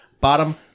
Bottom